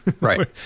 right